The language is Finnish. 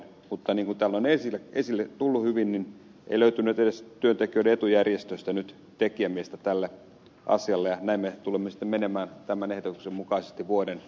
mutta niin kuin täällä on hyvin tullut esille niin ei löytynyt edes työntekijöiden etujärjestöstä nyt tekijämiestä tälle asialle ja näin me tulemme sitten menemään tämän ehdotuksen mukaisesti vuoden mittaisena